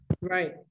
Right